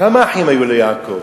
כמה אחים היו ליעקב?